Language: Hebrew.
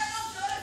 רגע.